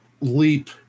leap